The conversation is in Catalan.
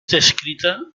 descrita